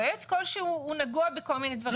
והיועץ כלשהו הוא נגוע בכל מיני דברים.